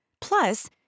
Plus